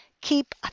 keep